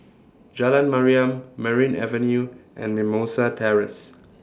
Jalan Mariam Merryn Avenue and Mimosa Terrace